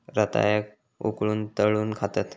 रताळ्याक उकळवून, तळून खातत